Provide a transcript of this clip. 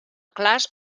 clars